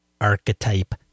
archetype